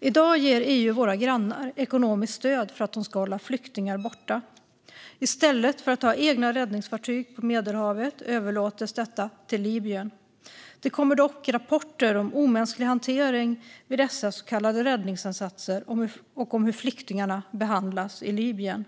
I dag ger EU våra grannar ekonomiskt stöd för att de ska hålla flyktingar borta. I stället för att ha egna räddningsfartyg på Medelhavet överlåts detta till Libyen. Det kommer dock rapporter om omänsklig hantering vid dessa så kallade räddningsinsatser och om hur flyktingarna behandlas i Libyen.